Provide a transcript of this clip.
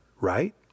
right